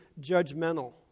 judgmental